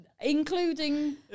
including